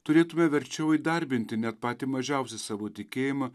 turėtume verčiau įdarbinti net patį mažiausią savo tikėjimą